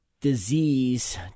disease